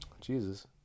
Jesus